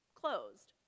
closed